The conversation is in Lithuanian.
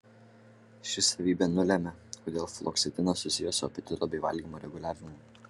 ši savybė nulemia kodėl fluoksetinas susijęs su apetito bei valgymo reguliavimu